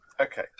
Okay